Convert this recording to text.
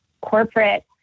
corporate